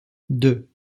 deux